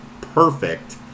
perfect